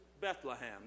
Bethlehem